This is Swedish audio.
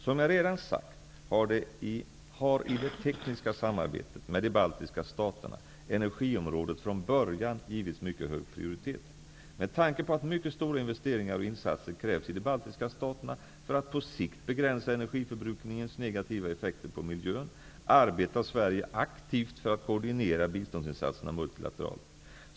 Som jag redan sagt har i det tekniska samarbetet med de baltiska staterna energiområdet från början givits mycket hög prioritet. Med tanke på att mycket stora investeringar och insatser krävs i de baltiska staterna för att på sikt begränsa energiförbrukningens negativa effekter på miljön, arbetar Sverige aktivt för att koordinera biståndsinsatserna multilateralt.